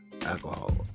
alcohol